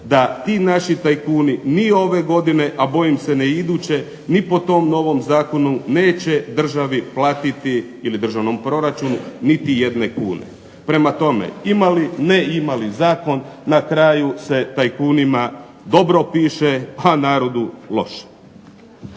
da ti naši tajkuni ni ove godine, a bojim se ni iduće ni po tom novom zakonu neće državi platiti ili državnom proračunu niti jedne kune. Prema tome, imali ne imali zakon na kraju se tajkunima dobro piše, a narodu loše.